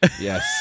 Yes